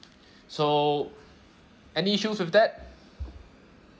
so any issues with that